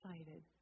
excited